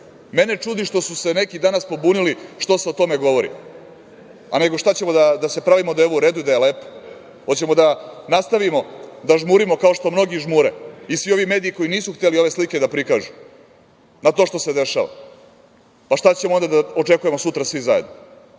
nema. Mene čudi što su se neki danas pobunili što se o tome govori. A nego šta ćemo da se pravimo da je ovo u redu i da je lepo. Hoćemo da nastavimo da žmurimo kao što mnogi žmure i svi ovi mediji koji nisu hteli ove slike da prikažu na to što se dešava. Pa, šta ćemo onda da očekujemo sutra svi zajedno. Mene